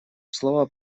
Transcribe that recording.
слово